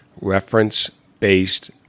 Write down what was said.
Reference-based